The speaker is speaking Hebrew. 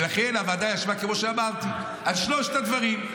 לכן הוועדה ישבה, כמו שאמרתי, על שלושת הדברים: